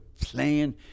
playing